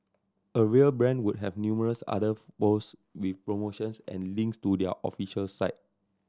a real brand would have numerous other post with promotions and links to their official site